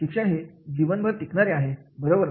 शिक्षण हे जीवन भर टिकणारे आहे बरोबर